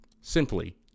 Simply